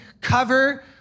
cover